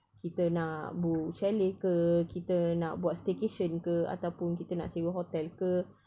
kita nak book chalet ke kita nak buat staycation ke ataupun kita nak sewa hotel ke